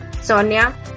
Sonia